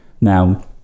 Now